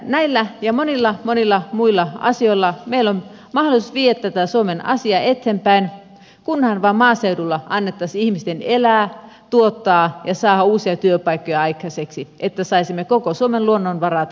näillä ja monilla monilla muilla asioilla meillä on mahdollisuus viedä tätä suomen asiaa eteenpäin kunhan vain maaseudulla annettaisiin ihmisten elää tuottaa ja saada uusia työpaikkoja aikaiseksi että saisimme koko suomen luonnonvarat käyttöön